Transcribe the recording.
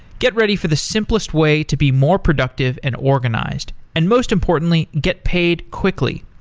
get ready for the simplest way to be more productive and organized. and most importantly, get paid quickly.